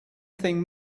thing